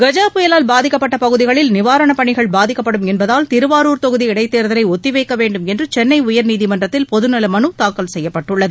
கஜா புயவால் பாதிக்கப்பட்ட பகுதிகளில் நிவாரணப் பணிகள் பாதிக்கப்படும் என்பதால் திருவாளுர் தொகுதி இடைத்தேர்தலை ஒத்தி வைக்க வேண்டுமென்று சென்னை உயர்நீதிமன்றத்தில் பொதுநல மனதாக்கல் செய்யப்பட்டுள்ளது